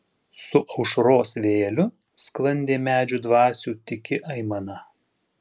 su aušros vėjeliu sklandė medžių dvasių tyki aimana